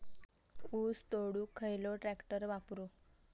ऊस तोडुक खयलो ट्रॅक्टर वापरू?